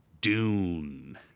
Dune